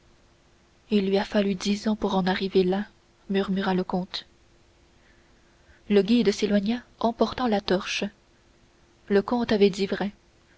il lui a fallu dix ans pour en arriver là murmura le comte le guide s'éloigna emportant la torche le comte avait dit vrai